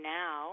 now